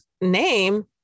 name